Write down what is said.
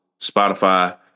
Spotify